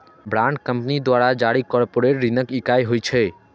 bond company द्वारा जारी corporate ऋणक इकाइ होइ छै